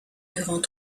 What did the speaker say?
durant